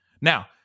Now